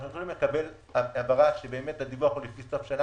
אנחנו יכולים לקבל הבהרה שהדיווח הוא לפי סוף שנה,